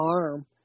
arm